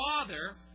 father